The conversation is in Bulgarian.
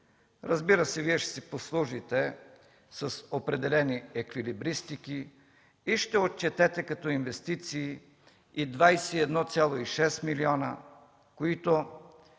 Разбира се, Вие ще си послужите с определени еквилибристики и ще отчетете като инвестиции и 21,6 милиона, които